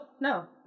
no